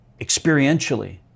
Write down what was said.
experientially